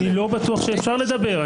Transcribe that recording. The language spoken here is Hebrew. אני לא בטוח שאפשר לדבר.